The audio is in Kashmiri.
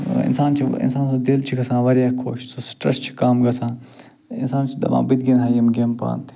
اِنسان چھِ اِنسان سُنٛد دِل چھِ گژھان واریاہ خۄش سُہ سِٹرَس چھِ کَم گژھان اِنسان چھِ دَپان بٔتہِ گِنٛدٕہہ یِم گیٚمہٕ پانہٕ تہِ